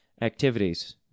activities